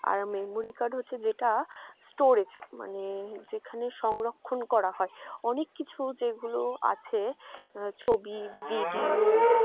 আর memory card হচ্ছে যেটা storage মানে যেখানে সংরক্ষণ করা হয় অনেক কিছু যেগুলো আছে ছবি ভিডিও